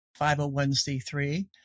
501c3